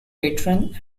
patron